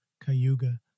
Cayuga